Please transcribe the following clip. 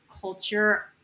culture